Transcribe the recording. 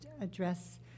address